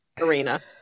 arena